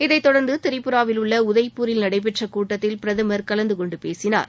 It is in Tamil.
இதைத் தொடர்ந்து திரிபுராவில் உள்ள உதய்பூரில் நடைபெற்றக் கூட்டத்தில் பிரதமர் கலந்து கொண்டு பேசினார்